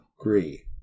agree